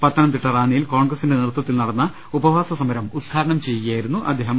പത്തനംതിട്ട റാന്നിയിൽ കോൺഗ്രസ്സിന്റെ നേതൃത്ധത്തിൽ നടന്ന ഉപവാസസമരം ഉദ്ഘാടനം ചെയ്യുകയായിരുന്നു അദ്ദേഹം